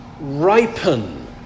ripen